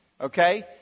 Okay